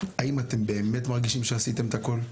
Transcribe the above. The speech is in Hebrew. האם אתם באמת מרגישים שעשיתם את הכל?